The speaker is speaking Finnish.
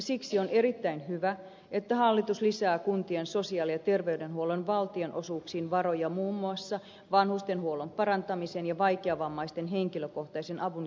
siksi on erittäin hyvä että hallitus lisää kuntien sosiaali ja terveydenhuollon valtionosuuksiin varoja muun muassa vanhustenhuollon parantamiseen ja vaikeavammaisten henkilökohtaisen avun järjestämiseen